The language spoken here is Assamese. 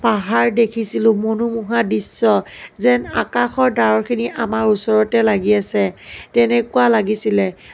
পাহাৰ দেখিছিলোঁ মনোমোহা দৃশ্য যেন আকাশৰ ডাৱৰখিনি আমাৰ ওচৰতে লাগি আছে তেনেকুৱা লাগিছিলে